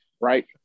right